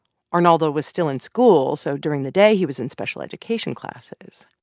arnaldo was still in school. so during the day, he was in special education classes.